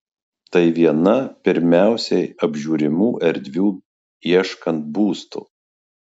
tai viena pirmiausiai apžiūrimų erdvių ieškant būsto